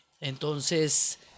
Entonces